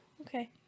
okay